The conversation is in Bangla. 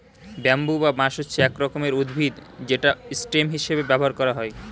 ব্যাম্বু বা বাঁশ হচ্ছে এক রকমের উদ্ভিদ যেটা স্টেম হিসেবে ব্যবহার করা হয়